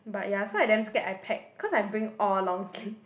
but ya so I damn scared I pack cause I bring all long sleeve